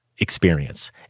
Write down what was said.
experience